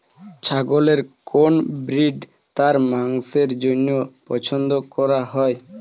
ছাগলের কোন ব্রিড তার মাংসের জন্য পছন্দ করা হয়?